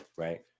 right